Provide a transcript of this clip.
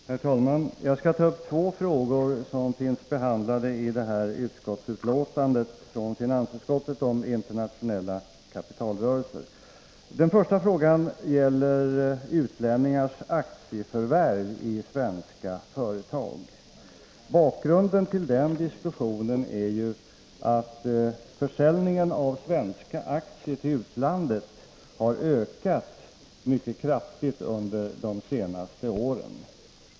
Herr talman! Jag skall ta upp två av de frågor som är behandlade i finansutskottets betänkande om internationella kapitalrörelser. Den första frågan gäller utlänningars aktieförvärv i svenska företag. Bakgrunden till den diskussionen är att försäljningen av svenska aktier till utlandet har ökat mycket kraftigt under de senaste åren.